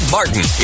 Martin